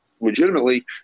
legitimately